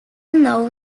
know